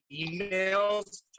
emails